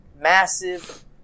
Massive